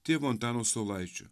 tėvo antano saulaičio